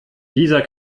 dieser